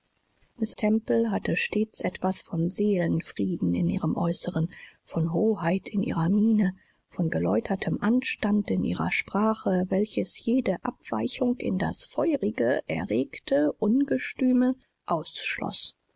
temple hatte stets etwas von seelenfrieden in ihrem äußeren von hoheit in ihrer miene von geläutertem anstand in ihrer sprache welches jede abweichung in das feurige erregte ungestüme ausschloß